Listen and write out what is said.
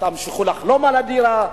תמשיכו לחלום על דירה.